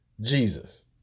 Jesus